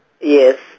Yes